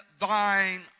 thine